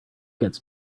gets